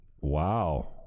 Wow